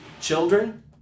children